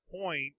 point